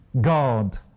God